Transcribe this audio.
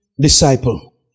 disciple